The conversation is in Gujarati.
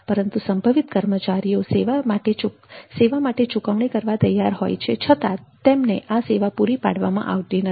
પરંતુ સંભવિત કર્મચારીઓ સેવા માટે ચૂકવણી કરવા તૈયાર હોય છે છતાં તેમણે આ સેવા પૂરી પાડવામાં આવતી નથી